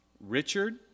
Richard